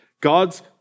God's